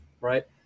right